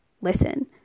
listen